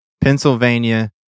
pennsylvania